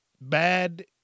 Bad